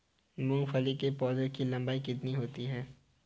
मूंगफली के पौधे की लंबाई कितनी होती है?